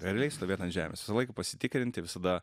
realiai stovėt ant žemės visą laiką pasitikrinti visada